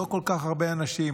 לא כל כך הרבה אנשים,